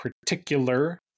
particular